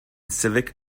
civic